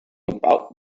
about